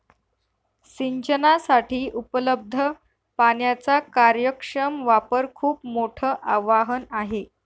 सिंचनासाठी उपलब्ध पाण्याचा कार्यक्षम वापर खूप मोठं आवाहन आहे